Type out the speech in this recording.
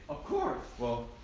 of course! well.